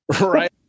Right